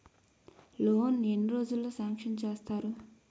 Loan ఎన్ని రోజుల్లో sanction చేస్తారు?